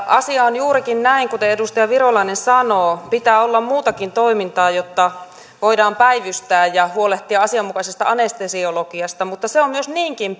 asia on juurikin näin kuten edustaja virolainen sanoo pitää olla muutakin toimintaa jotta voidaan päivystää ja huolehtia asianmukaisesta anestesiologiasta mutta se on myös niinkin